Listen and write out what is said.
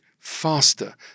faster